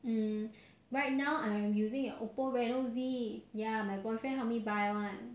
mm right now I am using a OPPO reno Z ya my boyfriend help me buy [one]